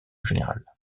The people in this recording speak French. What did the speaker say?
générale